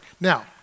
Now